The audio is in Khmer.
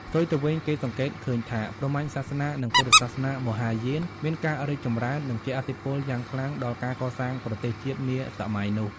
ផ្ទុយទៅវិញ គេសង្កេតឃើញថា ព្រហ្មញ្ញសាសនា និងពុទ្ធសាសនាមហាយានមានការរីកចម្រើន និងជះឥទ្ធិពលយ៉ាងខ្លាំងដល់ការកសាងប្រទេសជាតិនាសម័យនោះ។